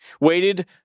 waited